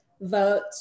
vote